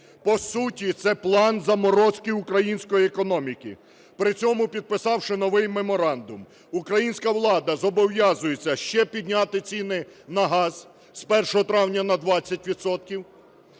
По суті, це план заморозки української економіки. При цьому, підписавши новий меморандум, українська влада зобов'язується ще підняти ціни на газ з 1 травня на 20